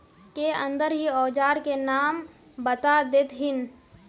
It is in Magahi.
के अंदर ही औजार के नाम बता देतहिन?